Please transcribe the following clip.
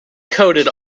coated